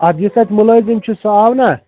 اَدٕ یُس اَتہِ مُلٲزِم چھُ سُہ آو نا